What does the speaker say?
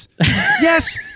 yes